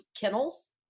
kennels